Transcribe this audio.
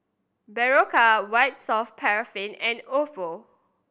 Berocca White Soft Paraffin and Oppo